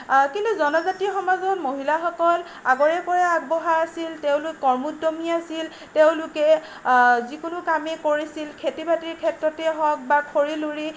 কিন্তু জনজাতীয় সমাজত মহিলাসকল আগৰে পৰাই আগবঢ়া আছিল তেওঁলোক কৰ্মোদ্যমী আছিল তেওঁলোকে যিকোনো কামেই কৰিছিল খেতি বাতিৰ ক্ষেত্ৰতেই হওক বা খৰি লুৰি